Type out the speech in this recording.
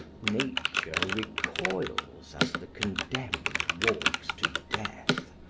nature recoils as the condemned walks to death.